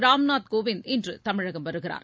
ராம்நாத் கோவிந்த் இன்று தமிழகம் வருகிறார்